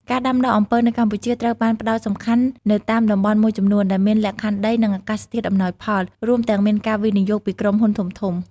ការដាំដុះអំពៅនៅកម្ពុជាត្រូវបានផ្តោតសំខាន់នៅតាមតំបន់មួយចំនួន ដែលមានលក្ខខណ្ឌដី និងអាកាសធាតុអំណោយផល រួមទាំងមានការវិនិយោគពីក្រុមហ៊ុនធំៗ។